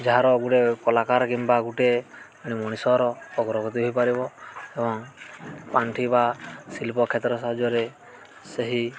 ଯାହାର ଗୁଟେ କଳାକାର କିମ୍ବା ଗୋଟେ ମଣିଷର ଅଗ୍ରଗତି ହେଇପାରିବ ଏବଂ ପାଣ୍ଠି ବା ଶିଳ୍ପ କ୍ଷେତ୍ର ସାହାଯ୍ୟରେ ସେହି